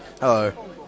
hello